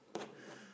mm